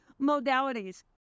modalities